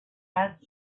had